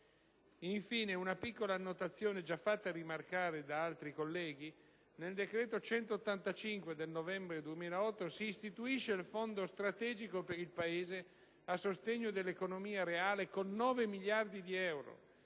Infine, una piccola annotazione già fatta rimarcare da altri colleghi: nel decreto-legge 29 novembre 2008, n. 185, si istituisce il Fondo strategico per il Paese a sostegno dell'economia reale, con 9 miliardi di euro